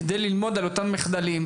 כדי ללמוד על אותם מחדלים.